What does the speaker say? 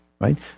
right